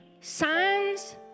signs